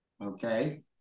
Okay